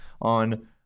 on